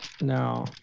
now